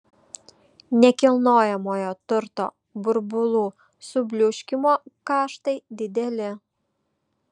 nekilnojamojo turto burbulų subliūškimo kaštai dideli